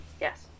Yes